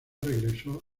regresó